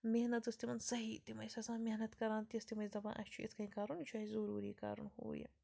محنت ٲس تِمَن صحیٖح تِم ٲسۍ آسان محنت کران تِژھ تِم ٲسۍ دَپان اَسہِ چھُ یِتھ کٔنۍ کَرُن یہِ چھُ اَسہِ ضُروٗری کَرُن ہُہ یہِ